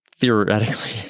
theoretically